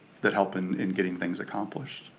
that help and in getting things accomplished.